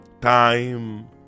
Time